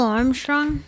Armstrong